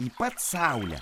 į pat saulę